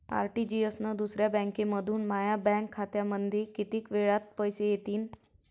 RTGS न दुसऱ्या बँकेमंधून माया बँक खात्यामंधी कितीक वेळातं पैसे येतीनं?